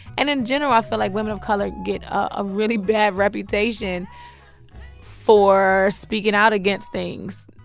and in general, i feel like women of color get a really bad reputation for speaking out against things.